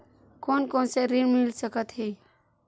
कोन कोन से ऋण मिल सकत हे?